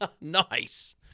Nice